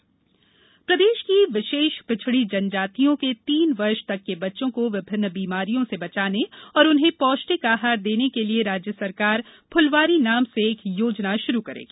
फुलवारी प्रदेश की विशेष पिछड़ी जनजातियों के तीन वर्ष तक के बच्चों को विभिन्न बीमारियों से बचाने और उन्हें पौष्टिक आहार देने के लिए राज्य सरकार फुलवारी नाम से एक योजना शुरू करेगी